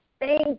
thank